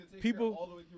people